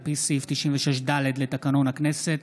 על פי סעיף 96 (ד) לתקנון הכנסת,